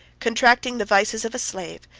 contracting the vices of a slave,